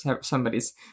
somebody's